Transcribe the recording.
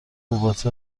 ربات